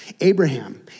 Abraham